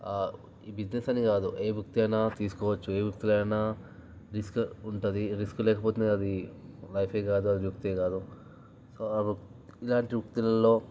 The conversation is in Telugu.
ఈ బిజినెస్ అని కాదు ఏ వృత్తి అయినా తీసుకోవచ్చు ఏ వృత్తిలో అయినా రిస్క్ ఉంటుంది రిస్క్ లేకపోతేనే అది లైఫే కాదు అది వృత్తే కాదు సో ఇలాంటి వృత్తులల్లో